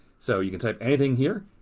so you can type anything here.